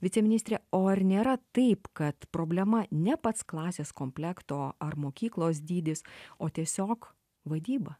viceministre o ar nėra taip kad problema ne pats klasės komplekto ar mokyklos dydis o tiesiog vadyba